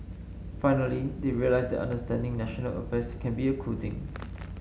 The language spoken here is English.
finally they realise that understanding national affairs can a cool thing